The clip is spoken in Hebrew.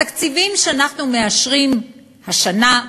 התקציבים שאנחנו מאשרים השנה,